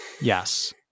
Yes